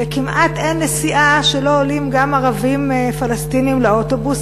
וכמעט שאין נסיעה שלא עולים גם ערבים פלסטינים לאוטובוס,